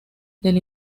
del